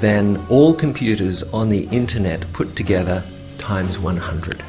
than all computers on the internet put together times one hundred.